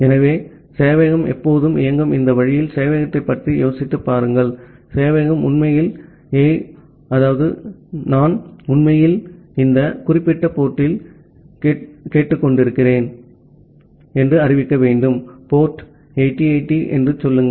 ஆகவே சேவையகம் எப்போதும் இயங்கும் இந்த வழியில் சேவையகத்தைப் பற்றி யோசித்துப் பாருங்கள் சேவையகம் உண்மையில் நான் உண்மையில் இந்த குறிப்பிட்ட போர்ட்ல் கேட்டுக்கொண்டிருக்கிறேன் என்று அறிவிக்க வேண்டும் போர்ட் 8080 என்று சொல்லுங்கள்